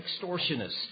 extortionists